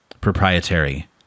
proprietary